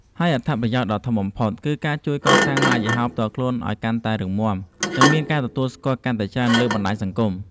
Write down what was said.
ហើយអត្ថប្រយោជន៍ដ៏ធំបំផុត គឺការជួយកសាងម៉ាកយីហោផ្ទាល់ខ្លួនឱ្យកាន់តែរឹងមាំ និងមានការទទួលស្គាល់កាន់តែច្រើនលើបណ្ដាញសង្គម។